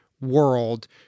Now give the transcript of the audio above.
world